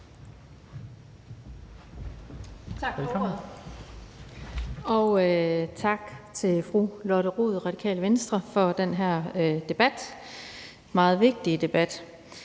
Tak for ordet. Og tak til fru Lotte Rod, Radikale Venstre, for den her meget vigtige debat.